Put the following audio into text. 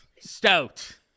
Stout